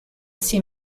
see